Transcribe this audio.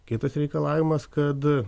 kai tas reikalavimas kad